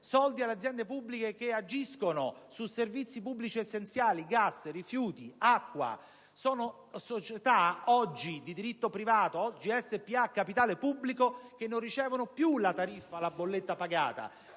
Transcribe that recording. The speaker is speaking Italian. soldi alle aziende pubbliche che agiscono su servizi pubblici essenziali, come gas, rifiuti ed acqua. Oggi sono società di diritto privato, società per azioni a capitale pubblico, che non ricevono più la tariffa o la bolletta pagata.